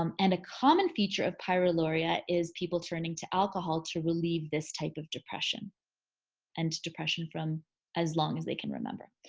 um and a common feature of pyroluria is people turning to alcohol to relieve this type of depression and depression from as long as they can remember.